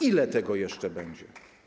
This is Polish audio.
Ile tego jeszcze będzie?